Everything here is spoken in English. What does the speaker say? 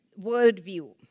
worldview